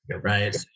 right